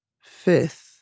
Fifth